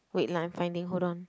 wait lah I'm finding hold on